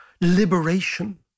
liberation